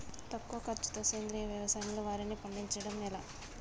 తక్కువ ఖర్చుతో సేంద్రీయ వ్యవసాయంలో వారిని పండించడం ఎలా?